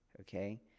Okay